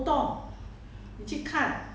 that's all that they have [what]